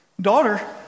Daughter